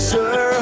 Sir